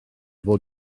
fod